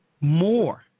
more